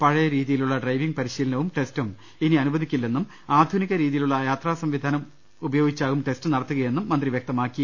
പഴയ രീതിയിലു ളള ഡ്രൈവിംഗ് പരിശീലനവും ടെസ്റ്റും ഇനി അനുവദിക്കില്ലെന്നും ആധുനിക രീതിയിലുളള യാത്രാസംവിധാനം ഉപയോഗിച്ചാകും ടെസ്റ്റ് നടത്തുകയെന്നും മന്ത്രി വൃക്തമാക്കി